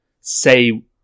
say